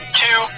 two